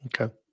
Okay